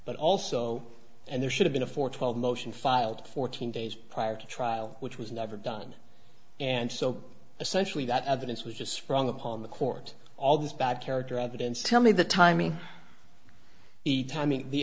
but also and there should've been a for twelve motion filed fourteen days prior to trial which was never done and so essentially that evidence was just sprung upon the court all these bad character evidence tell me the timing the timing the